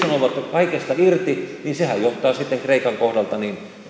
kaikesta irti niin sehän johtaa sitten kreikan kohdalta